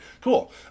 Cool